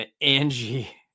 Angie